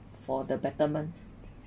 for the betterment